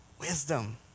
wisdom